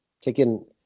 Taking